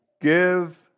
give